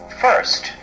First